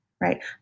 right